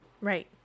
Right